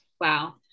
Wow